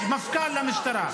יש מפכ"ל למשטרה.